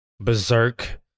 Berserk